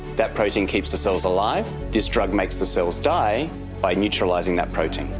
that protein keeps the cells alive, this drug makes the cells die by neutralising that protein.